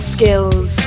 Skills